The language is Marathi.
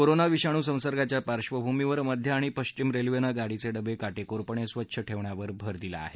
कोरोना विषाणू संसर्गाच्या पार्श्वभूमीवर मध्य आणि पश्चिम रेल्वेनं गाडीचे डबे काटेकोरपणे स्वच्छ ठेवण्यावर भर दिला आहे